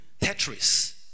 Tetris